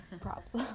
props